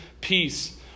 peace